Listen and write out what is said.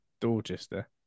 Dorchester